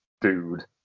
dude